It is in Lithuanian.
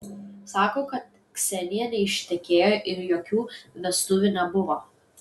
sako kad ksenija neištekėjo ir jokių vestuvių nebuvo